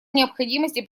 необходимости